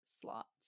slots